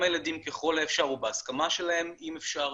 הילדים ככל האפשר או בהסכמה שלהם אם אפשר.